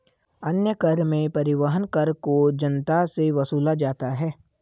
अन्य कर में परिवहन कर को जनता से वसूला जाता है